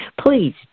Please